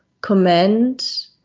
comment